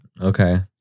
Okay